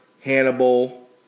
Hannibal